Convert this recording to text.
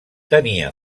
tenia